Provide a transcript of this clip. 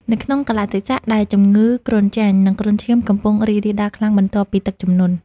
នៅក្នុងកាលៈទេសៈដែលជំងឺគ្រុនចាញ់ និងគ្រុនឈាមកំពុងរីករាលដាលខ្លាំងបន្ទាប់ពីទឹកជំនន់។